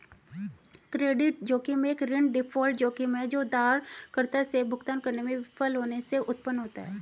credit जोखिम एक ऋण डिफ़ॉल्ट जोखिम है जो उधारकर्ता से भुगतान करने में विफल होने से उत्पन्न होता है